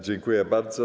Dziękuję bardzo.